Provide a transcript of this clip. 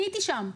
אני הייתי שם.